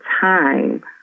time